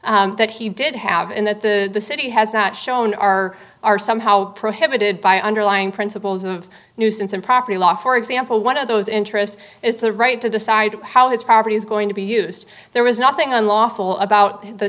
kurtzer that he did have and that the city has not shown are are somehow prohibited by underlying principles of nuisance and property law for example one of those interest is the right to decide how his property is going to be used there was nothing unlawful about the